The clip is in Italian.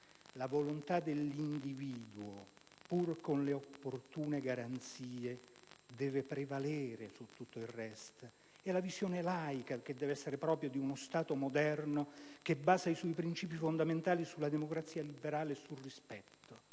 La volontà dell'individuo, pur con le opportune garanzie, deve prevalere su tutto il resto. È la visione laica propria di uno Stato moderno che basa i suoi princìpi fondamentali sulla democrazia liberale e sul rispetto.